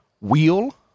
Wheel